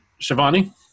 Shivani